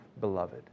Beloved